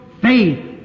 faith